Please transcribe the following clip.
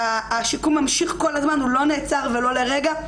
השיקום ממשיך כל הזמן, הוא לא נעצר ולא לרגע.